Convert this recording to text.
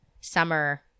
summer